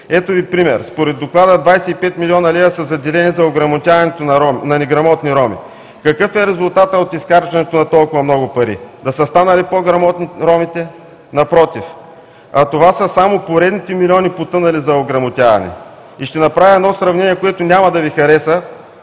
Ето Ви пример: според доклада 25 млн. лв. са заделени за ограмотяването на неграмотни роми. Какъв е резултатът от изхарчването на толкова много пари? Да са станали по-грамотни ромите? Напротив! А това са само поредните милиони потънали за ограмотяване. Ще направя едно сравнение, което няма да Ви хареса,